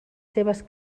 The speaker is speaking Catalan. seves